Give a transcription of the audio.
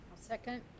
second